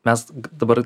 mes dabar